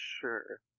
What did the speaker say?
Sure